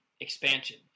expansion